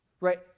right